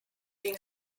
been